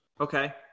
Okay